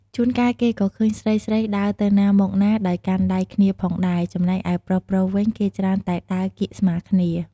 ជួនកាល គេក៏ឃើញស្រីៗដើរទៅណាមកណាដោយកាន់ដៃគ្នាផងដែរ ចំណែកឯប្រុសៗវិញ គេច្រើនតែដើរកៀកស្មាគ្នា។